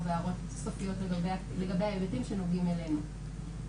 הערות סופיות לגבי ההיבטים שנוגעים אלינו,